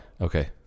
Okay